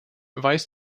weiß